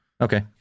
Okay